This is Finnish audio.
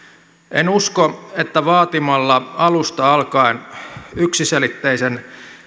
en usko että vaatimalla alusta alkaen yksiselitteisen